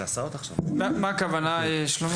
מה הכוונה, שלמה?